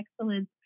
excellence